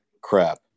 crap